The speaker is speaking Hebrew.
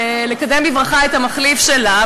ולקדם בברכה את המחליף שלה.